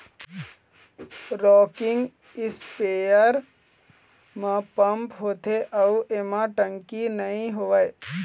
rocking sprayer म pump होथे अउ एमा टंकी नइ होवय